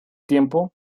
tiempo